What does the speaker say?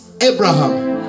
Abraham